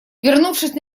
вернувшись